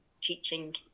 teaching